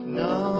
no